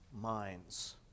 minds